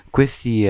Questi